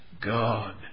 God